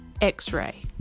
X-ray